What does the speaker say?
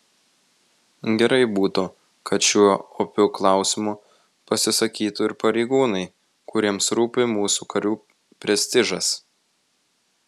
gerai būtų kad šiuo opiu klausimu pasisakytų ir pareigūnai kuriems rūpi mūsų karių prestižas